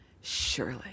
Surely